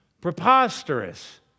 Preposterous